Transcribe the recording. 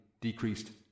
decreased